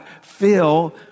feel